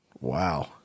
Wow